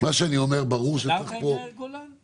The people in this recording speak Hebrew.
מה שאני אומר --- הסתדרת עם יאיר גולן?